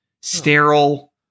sterile